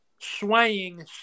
swaying